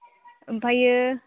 ओमफायो